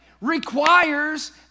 requires